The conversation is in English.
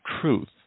truth